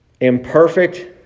Imperfect